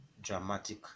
dramatic